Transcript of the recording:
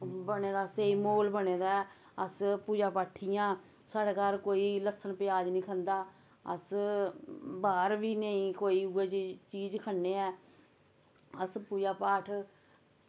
बने दा स्हेई महौल बने दा ऐ अस पूजा पाठी आं साढ़ै घर कोई लह्स्सन प्याज निं खंदा अस बाह्र बी नेईं कोई उऐ जेही चीज खन्ने ऐं अस पूजा पाठ